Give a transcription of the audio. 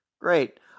Great